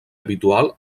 habitual